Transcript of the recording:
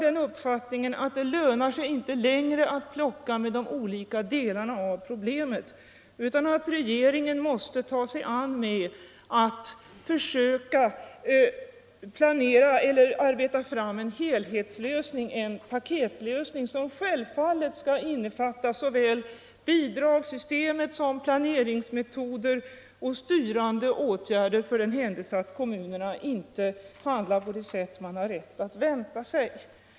Det lönar sig inte längre att plocka med de olika delarna av problemet, utan regeringen måste försöka arbeta fram en helhetslösning, en paketlösning som självfallet skall innefatta såväl bidragssystem som planeringsmetoder och styrande åtgärder för den händelse kommunerna inte handlar på det sätt som man har rätt att vänta sig.